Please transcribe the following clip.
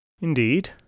Indeed